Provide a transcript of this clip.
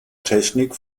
technik